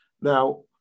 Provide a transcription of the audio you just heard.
now